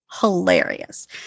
hilarious